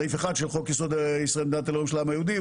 סעיף אחד של חוק יסוד: ישראל מדינת הלאום של העם היהודי,